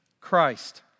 Christ